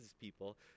people